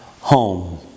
home